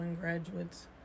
graduates